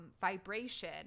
vibration